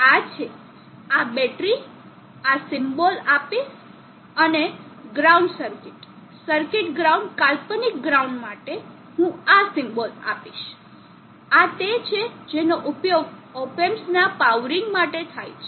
આ છે આ બેટરી હું આ સિમ્બોલ આપીશ અને ગ્રાઉન્ડ સર્કિટ સર્કિટ ગ્રાઉન્ડ કાલ્પનિક ગ્રાઉન્ડ માટે હું આ સિમ્બોલ આપીશ આ તે છે જેનો ઉપયોગ op amps ના પાવરિંગ માટે થાય છે